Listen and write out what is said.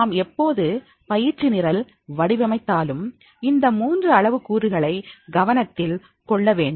நாம் எப்போது பயிற்சி நிரல் வடிவமைத்தாலும் இந்த மூன்று அளவு கூறுகளை கவனத்தில் கொள்ள வேண்டும்